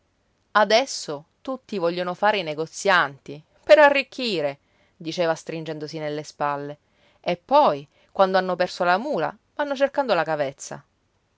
adesso tutti vogliono fare i negozianti per arricchire diceva stringendosi nelle spalle e poi quando hanno perso la mula vanno cercando la cavezza